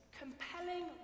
compelling